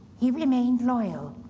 he remained loyal,